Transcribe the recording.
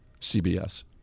CBS